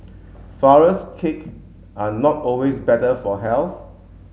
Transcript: flourless cake are not always better for health